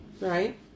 Right